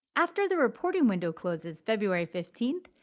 after the reporting window closes february fifteen,